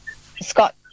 Scott